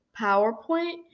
PowerPoint